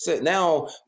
Now